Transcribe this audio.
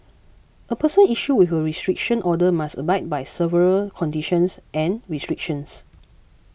a person issued with her restriction order must abide by several conditions and restrictions